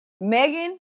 Megan